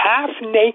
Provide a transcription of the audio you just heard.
half-naked